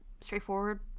straightforward